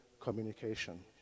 communication